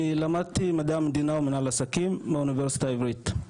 אני למדתי מדעי המדינה ומנהל עסקים באוניברסיטה העברית.